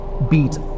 beat